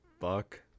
fuck